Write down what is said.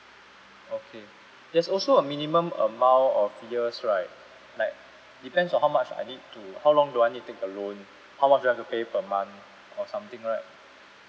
okay there's also a minimum amount of years right like depends on how much I need to how long do I need to take a loan how much do I have to pay per month or something right